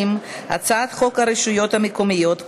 הצעת חוק הרשויות המקומיות (בחירות)